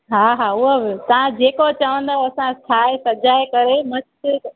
हा हा उहा बि तव्हां जेको चवंदव असां ठाहे सजाए करे मस्तु तरीक़े